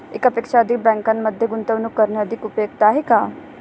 एकापेक्षा अधिक बँकांमध्ये गुंतवणूक करणे अधिक उपयुक्त आहे का?